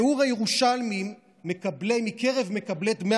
בקרב כלל מקבלי דמי